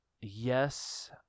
yes